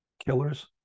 Killers